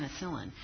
penicillin